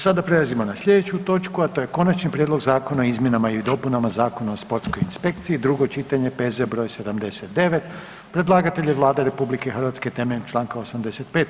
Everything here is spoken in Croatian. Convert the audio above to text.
Sada prelazimo na sljedeću točku, a to je: - Konačni prijedlog zakona o izmjenama i dopunama Zakona o sportskoj inspekciji, drugo čitanje, P.Z. broj 79 Predlagatelj je Vlada Republike Hrvatske temeljem članka 85.